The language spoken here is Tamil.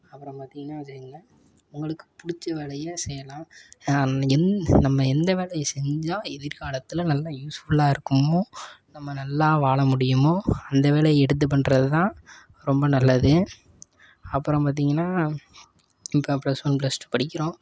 அப்புறம் பார்த்திங்கன்னா வச்சீங்க அவங்களுக்கு பிடிச்ச வேலையை செய்யலாம் யா எந்த நம்ம எந்த வேலையை செஞ்சால் எதிர்காலத்தில் நல்ல யூஸ்ஃபுல்லாக இருக்குமோ நம்ம நல்லா வாழ முடியுமோ அந்த வேலையை எடுத்து பண்ணுறது தான் ரொம்ப நல்லது அப்புறம் பார்த்திங்கன்னா இப்போ ப்ளஸ் ஒன் ப்ளஸ் டூ படிக்கிறோம்